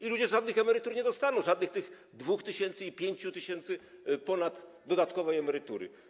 Ci ludzie żadnych emerytur nie dostaną, żadnych tych 2 tys. i 5 tys. dodatkowej emerytury.